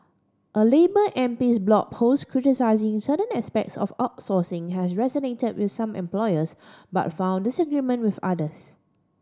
a labour MP's blog post criticising certain aspects of outsourcing has resonated with some employers but found disagreement with others